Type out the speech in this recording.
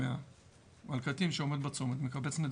על קטין שעומד בצומת ומקבץ נדבות.